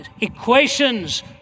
equations